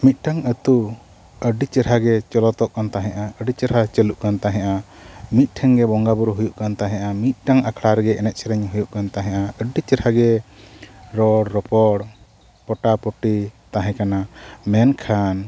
ᱢᱤᱫᱴᱟᱝ ᱟᱛᱳ ᱟᱹᱰᱤ ᱪᱮᱦᱨᱟ ᱜᱮ ᱪᱚᱞᱚᱛᱚᱜ ᱠᱟᱱ ᱛᱟᱦᱮᱸᱜᱼᱟ ᱟᱹᱰᱤ ᱪᱮᱦᱨᱟ ᱪᱟᱹᱞᱩᱜ ᱠᱟᱱ ᱛᱟᱦᱮᱸᱜᱼᱟ ᱢᱤᱫᱴᱷᱮᱱ ᱜᱮ ᱵᱚᱸᱜᱟ ᱵᱳᱨᱳ ᱦᱩᱭᱩᱜ ᱛᱟᱦᱮᱸᱜᱼᱟ ᱢᱤᱫᱴᱷᱮᱱ ᱢᱤᱫᱴᱟᱹᱝ ᱟᱠᱷᱲᱟ ᱨᱮᱜᱮ ᱮᱱᱮᱡ ᱥᱮᱨᱮᱧ ᱦᱩᱭᱩᱜ ᱠᱟᱱ ᱛᱟᱦᱮᱸᱜᱼᱟ ᱟᱹᱰᱤ ᱪᱮᱦᱨᱟ ᱜᱮ ᱨᱚᱲ ᱨᱚᱯᱚᱲ ᱯᱚᱴᱟᱯᱩᱴᱤ ᱛᱟᱦᱮᱸ ᱠᱟᱱᱟ ᱢᱮᱱᱠᱷᱟᱱ